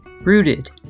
Rooted